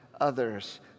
others